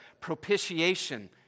propitiation